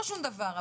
לא שום דבר,